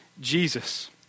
Jesus